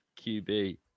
QB